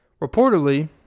reportedly